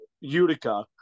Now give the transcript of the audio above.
Utica